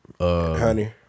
Honey